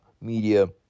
media